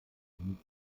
diesen